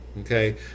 okay